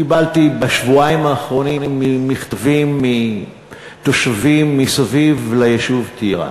קיבלתי בשבועיים האחרונים מכתבים מתושבים מסביב ליישוב טירה